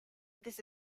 this